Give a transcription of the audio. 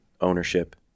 ownership